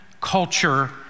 culture